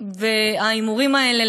וההימורים האלה,